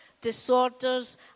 disorders